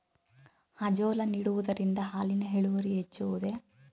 Azolla ನೀಡುವುದರಿಂದ ಹಾಲಿನ ಇಳುವರಿ ಹೆಚ್ಚುವುದೇ?